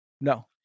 No